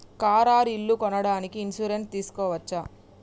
Car or ఇల్లు కొనడానికి insurance తీస్కోవచ్చా?